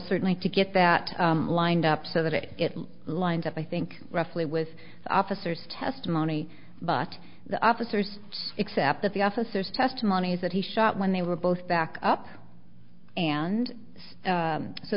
certainly to get that lined up so that it gets lined up i think roughly with the officers testimony but the officers except that the officers testimonies that he shot when they were both back up and